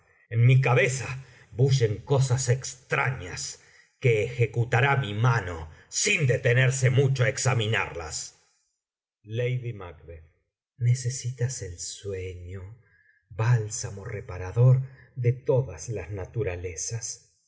en mi cabeza bullen cosas extrañas que ejecutará mi mano sin detenerse mucho á examinarlas lady mac necesitas el sueño bálsamo reparador de todas las naturalezas